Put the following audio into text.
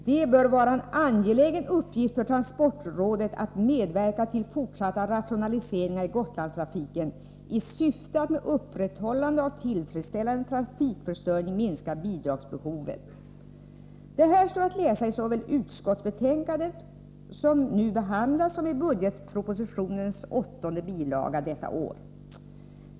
Det bör vara en angelägen uppgift för transportrådet att medverka till fortsatta rationaliseringar i Gotlandstrafiken i syfte att med upprätthållande av tillfredsställande trafikförsörjning minska bidragsbehovet. Det står att läsa såväl i det utskottsbetänkande som nu behandlas som i budgetpropositionens åttonde bilaga detta år.